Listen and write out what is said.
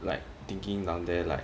like thinking down there lah